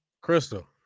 crystal